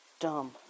dumb